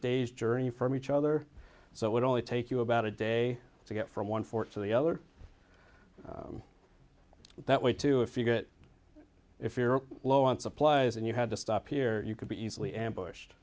day's journey from each other so it would only take you about a day to get from one force to the other that way too if you get if you're low on supplies and you had to stop here you could be easily ambushed